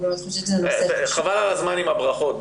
אני חושבת שזה נושא --- חבל על הזמן עם הברכות.